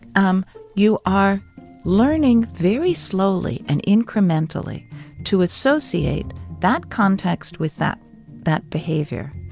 um you are learning very slowly and incrementally to associate that context with that that behavior.